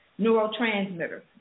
neurotransmitters